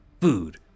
food